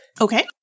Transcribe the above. Okay